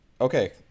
Okay